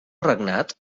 regnat